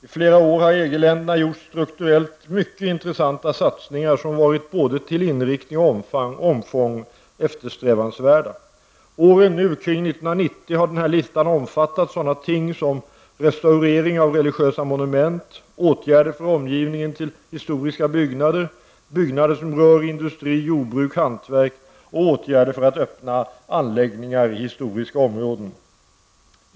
I flera år har EG länderna gjort strukturellt mycket intressanta satsningar, som varit både till inriktning och omfång eftersträvansvärda. Åren kring 1990 har listan omfattat ting som restaurering av religiösa monument, åtgärder för omgivningen till historiska byggnader, byggnader som rör industri, jordbruk, hantverk och åtgärder för öppna anläggningar i historiska områden.